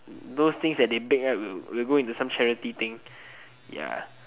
those things that they bake right will will go into some charity thing ya